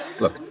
Look